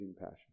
passion